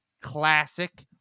classic